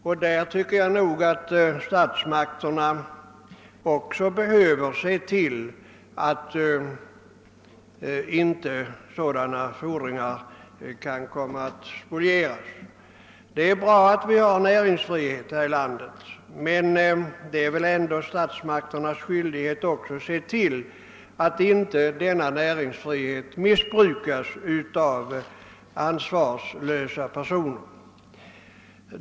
Därvidlag tycker jag nog att statsmakterna bör se till att sådana fordringar inte kan spolieras. Det är bra att vi i landet har näringsfrihet, men statsmakterna har väl ändå skyldighet att se till att denna näringsfrihet inte missbrukas av ansvarslösa personer.